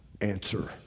answer